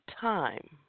time